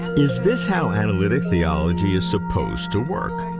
is this how analytic theology is supposed to work?